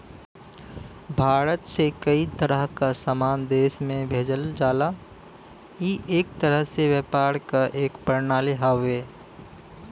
भारत से कई तरह क सामान देश में भेजल जाला ई एक तरह से व्यापार क एक प्रणाली हउवे